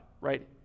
right